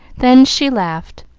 then she laughed,